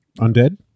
undead